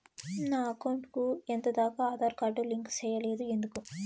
నా అకౌంట్ కు ఎంత దాకా ఆధార్ కార్డు లింకు సేయలేదు ఎందుకు